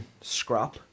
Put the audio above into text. scrap